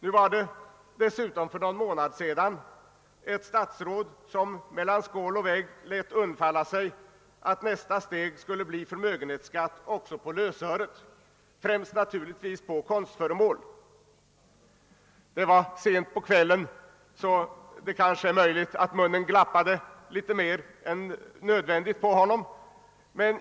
Nu var det dessutom för någon månad sedan ett statsråd som mellan skål och vägg lät undfalla sig att nästa steg skulle bli förmögenhetsskatt också på lösöre, främst naturligtvis på konstföremål. Det var sent på kvällen, så det är ju möjligt att munnen glappade litet mer än nödvändigt på honom.